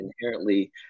inherently